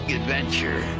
adventure